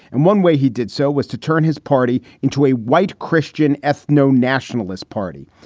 and one way he did so was to turn his party into a white christian ethno nationalist party.